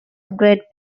great